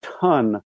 ton